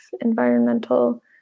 environmental